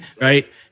Right